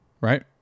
right